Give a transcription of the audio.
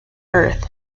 earth